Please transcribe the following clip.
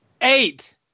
Eight